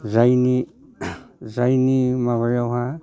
जायनि जायनि माबायावहा